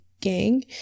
gang